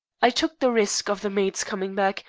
i took the risk of the maids coming back,